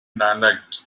dialect